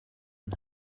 این